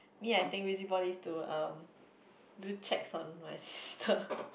for me I think busybody is to um do checks on my sister